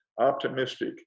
optimistic